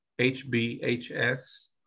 Hbhs